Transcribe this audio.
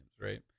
right